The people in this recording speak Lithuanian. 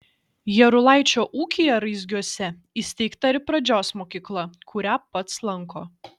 jarulaičio ūkyje raizgiuose įsteigta ir pradžios mokykla kurią pats lanko